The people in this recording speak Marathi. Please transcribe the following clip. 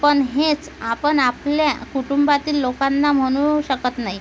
पण हेच आपण आपल्या कुटुंबातील लोकांना म्हणू शकत नाही